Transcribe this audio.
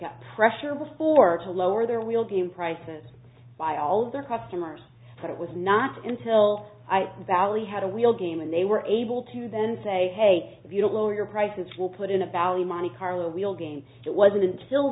got pressure was for to lower their real game prices by all their customers but it was not until bally had a wheel game and they were able to then say hey if you don't lower your prices will put in a bally monte carlo we'll game it wasn't until